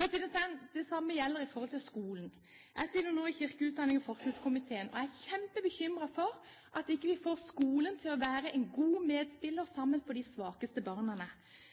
Det samme gjelder i forhold til skolen. Jeg sitter nå i kirke-, utdannings- og forskningskomiteen, og jeg er kjempebekymret for at vi ikke får skolen til å være en god medspiller for de svakeste